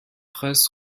phrases